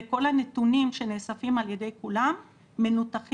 וכל הנתונים שנאספים על ידי כולם מנותחים